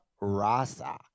Rasa